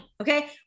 okay